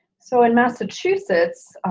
so in massachusetts,